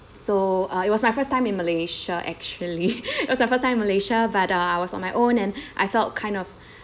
so uh it was my first time in malaysia actually it was the first time in malaysia but uh I was on my own and I felt kind of